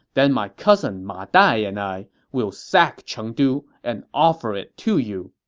then my cousin ma dai and i will sack chengdu and offer it to you.